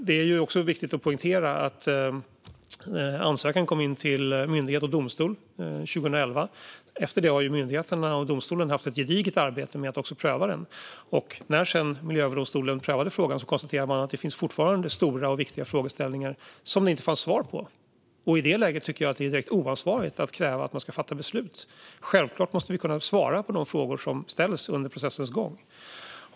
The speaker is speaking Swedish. Det är också viktigt att poängtera att ansökan kom in till myndigheter och domstol 2011 och att myndigheterna och domstolen efter det haft ett gediget arbete med att pröva ansökan. När Mark och miljööverdomstolen sedan prövade frågan konstaterade den att det fortfarande finns stora och viktiga frågeställningar som det inte fanns svar på. I det läget tycker jag att det är direkt oansvarigt att kräva att man ska fatta beslut. Självklart måste vi kunna svara på de frågor som ställs under processens gång.